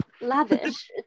lavish